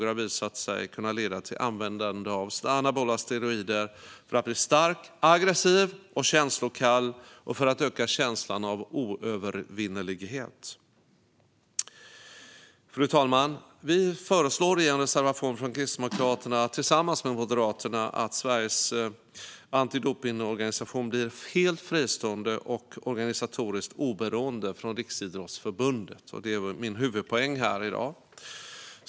Det har visat sig att personer i dessa kretsar använder anabola steroider för att bli starka, aggressiva och känslokalla och för att öka känslan av oövervinnelighet. Fru talman! Kristdemokraterna föreslår i en reservation tillsammans med Moderaterna att Sveriges antidopningsorganisation blir helt fristående och organisatoriskt oberoende av Riksidrottsförbundet. Det är min huvudpoäng här i dag.